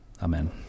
Amen